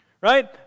Right